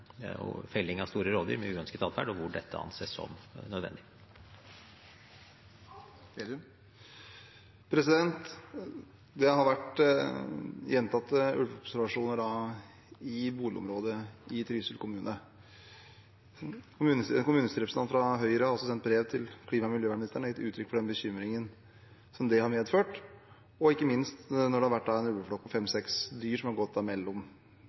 felling av store rovdyr med uønsket atferd, og hvor dette anses som nødvendig. Det har vært gjentatte ulveobservasjoner i boligområder i Trysil kommune. En kommunestyrerepresentant fra Høyre har også sendt brev til klima- og miljøministeren og gitt uttrykk for bekymringen det har medført, ikke minst når en ulveflokk på fem–seks dyr har